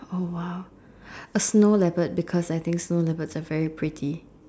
oh !wow! a snow leopard because I think snow leopards are very pretty